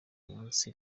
umunsi